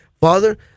father